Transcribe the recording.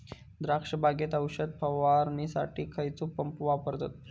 द्राक्ष बागेत औषध फवारणीसाठी खैयचो पंप वापरतत?